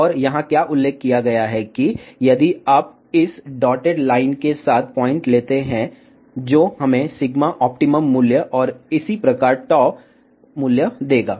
और यहाँ क्या उल्लेख किया गया है कि यदि आप इस डॉटेड लाइन के साथ पॉइंट लेते हैं जो हमें सिग्मा ऑप्टिमम मूल्य और इसी प्रकार टाउ मूल्य देगा